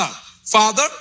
Father